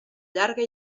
llarga